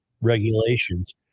Regulations